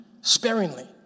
sparingly